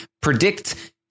predict